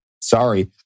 Sorry